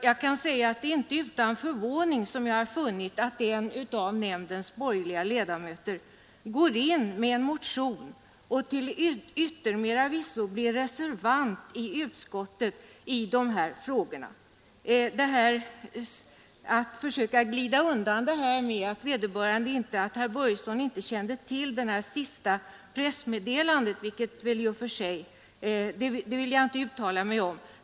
Jag kan säga att det är inte utan förvåning som jag har funnit att en av nämndens borgerliga ledamöter går in med en motion och till yttermera visso blir reservant i utskottet i de här frågorna. Det försök som herr Börjesson i Glömminge nu gjorde att glida undan detta, då han förklarade att han inte kände till det senaste pressmeddelandet, vill jag inte uttala mig om.